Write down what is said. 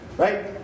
Right